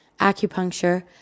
acupuncture